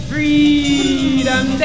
Freedom